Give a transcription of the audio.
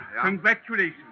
congratulations